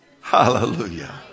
Hallelujah